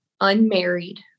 unmarried